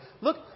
Look